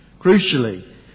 Crucially